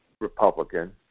Republican